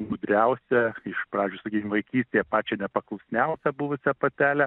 gudriausią iš pradžių sakykim vaikystėje pačią nepaklusniausią buvusią patelę